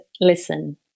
Listen